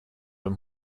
were